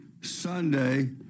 Sunday